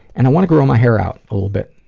and i want to grow my hair out a little bit.